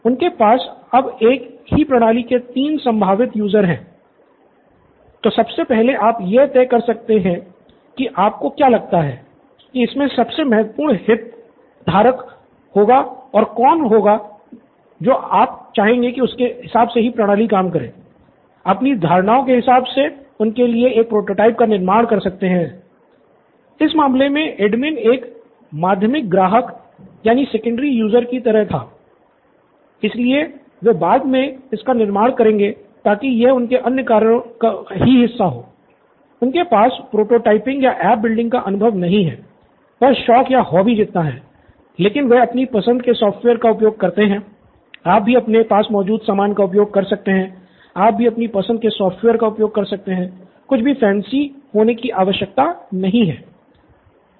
उनके पास अब एक ही प्रणाली के तीन संभावित यूज़र हैं तो सबसे पहले आप यह तय कर सकते हैं की आपको क्या लगता है कि इसमें से सबसे महत्वपूर्ण हितधारक होगा और फिर आप अपनी धारणाओं के हिसाब से उनके लिए एक प्रोटोटाइप का निर्माण कर सकते हैं इस मामले में एडमिन एक माध्यमिक ग्राहक द्वितीयक उपयोगकर्ता या ऐप बिल्डिंग का अनुभव नहीं है बस शौक या हॉबी जितना है लेकिन वे अपनी पसंद के सॉफ़्टवेयर का उपयोग करते हैं आप भी अपने पास मौजूद सामान का उपयोग कर सकते हैं आप भी अपनी पसंद के सॉफ़्टवेयर का उपयोग कर सकते हैं कुछ भी फैंसी होने की आवश्यकता नहीं है